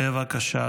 בבקשה,